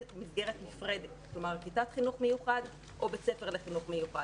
בה כיתת חינוך מיוחד או בית ספר לחינוך מיוחד.